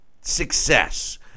success